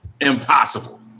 impossible